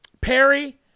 Perry